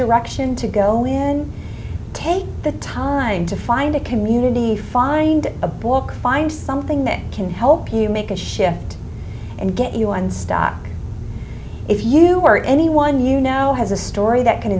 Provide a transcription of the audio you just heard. direction to go in take the time to find a community find a book find something that can help you make a shift and get you unstuck if you or anyone you know has a story that can